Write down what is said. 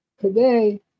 today